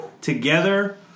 together